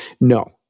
no